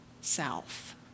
South